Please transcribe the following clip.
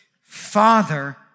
Father